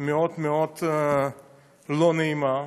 מאוד מאוד לא נעימה,